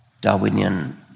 Darwinian